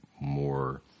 more